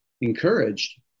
encouraged